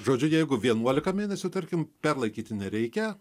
žodžiu jeigu vienuolika mėnesių tarkim perlaikyti nereikia